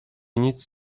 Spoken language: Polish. nic